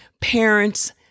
Parents